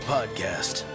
Podcast